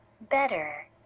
better